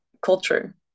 culture